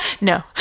no